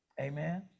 Amen